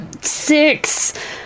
Six